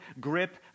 grip